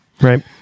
right